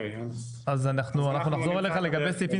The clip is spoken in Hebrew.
אז אנחנו נחזור אליך לגבי הסעיפים